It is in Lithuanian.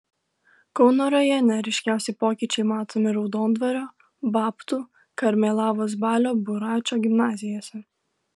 kauno rajone ryškiausi pokyčiai matomi raudondvario babtų karmėlavos balio buračo gimnazijose